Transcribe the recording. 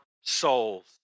souls